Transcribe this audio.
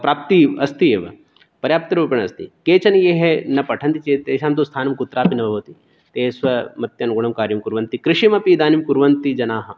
प्राप्तिः अस्ति एव पर्याप्तरूपेण अस्ति केचन ये हे न पठन्ति चेत् तेषां तु स्थानं कुत्रापि न भवति ते स्वमत्यनुगुणं कार्यं कुर्वन्ति कृषिमपि इदानीं कुर्वन्ति जनाः